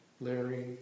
Larry